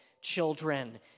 children